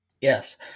Yes